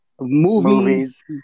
movies